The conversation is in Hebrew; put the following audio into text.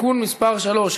(תיקון מס' 3),